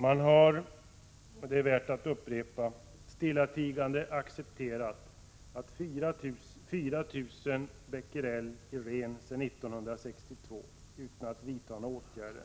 Man har — och det är värt att upprepa — stillatigande accepterat 4 000 Bq i ren sedan 1962 utan att vidta några åtgärder.